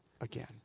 again